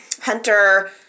Hunter